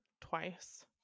twice